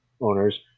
owners